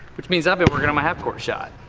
which means up if we're gonna my half-court shot